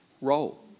role